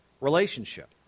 relationship